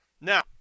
now